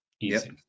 Easy